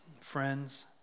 friends